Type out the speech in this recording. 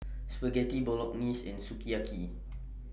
Spaghetti Bolognese and Sukiyaki